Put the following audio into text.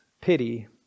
pity